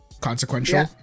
consequential